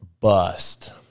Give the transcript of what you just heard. bust